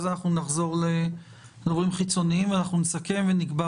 אני מבין את ההתייחסות שלך לכך שזאת לא הוועדה שדנה